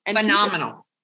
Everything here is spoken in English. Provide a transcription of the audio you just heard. phenomenal